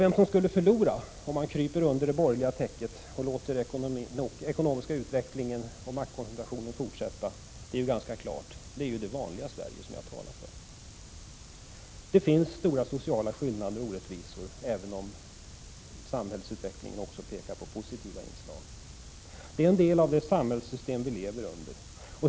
Vem som skulle förlora om regeringen kryper under det borgerliga täcket och låter den ekonomiska utvecklingen och maktkoncentrationen fortsätta är ganska klart. Det är de människor som tillhör det vanliga Sverige, och det är dem jag talar för. Det finns stora sociala skillnader och orättvisor, även om samhällsutvecklingen också visar positiva inslag. Det är en del av det samhällssystem vi lever i.